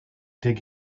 dig